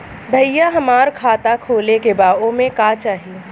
भईया हमार खाता खोले के बा ओमे का चाही?